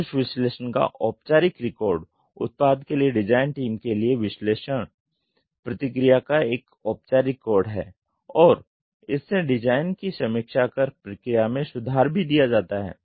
उस विश्लेषण का औपचारिक रिकॉर्ड उत्पाद के लिए डिज़ाइन टीम के लिए विश्लेषण प्रतिक्रिया का एक औपचारिक रिकॉर्ड है और इससे डिज़ाइन की समीक्षा कर प्रक्रिया में सुधार भी दिया जाता है